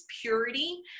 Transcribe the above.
purity